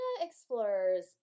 Explorers